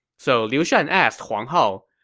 so liu shan asked huang hao,